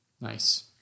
Nice